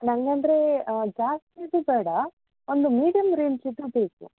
ನನ್ಗೆ ಅಂದರೆ ಜಾಸ್ತಿದು ಬೇಡಾ ಒಂದು ಮೀಡಿಯಮ್ ರೇಂಜಿದು ಬೇಕು